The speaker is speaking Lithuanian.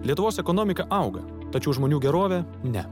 lietuvos ekonomika auga tačiau žmonių gerovė ne